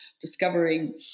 discovering